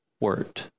word